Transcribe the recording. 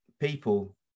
people